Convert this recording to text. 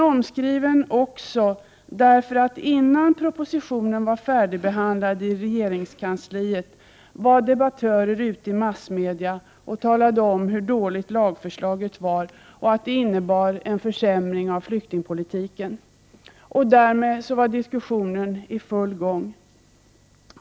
Omskriven också därför, att innan propositionen var färdigbehandlad i regeringskansliet var debattörer ute i massmedia och talade om hur dåligt lagförslaget var och att det innebar en försämring av flyktingpolitiken. Därmed var diskussionen i full gång.